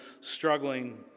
struggling